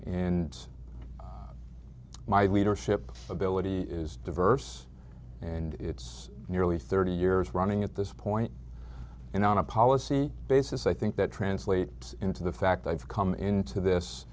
in my leadership ability is diverse and it's nearly thirty years running at this point in on a policy basis i think that translates into the fact i've come into